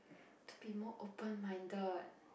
to be more open minded